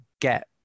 get